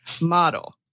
model